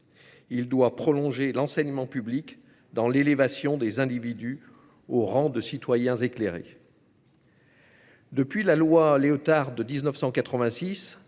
Il doit prolonger l'enseignement public dans l'élévation des individus au rang de citoyens éclairés. Depuis la loi Léotard de 1986,